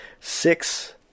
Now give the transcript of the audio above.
six